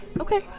Okay